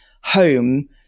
home